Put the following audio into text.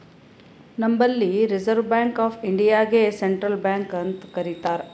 ನಂಬಲ್ಲಿ reserve bank of ಇಂಡಿಯಾಗೆ central bank ಅಂತ್ ಕರಿತಾರ್